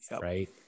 right